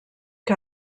que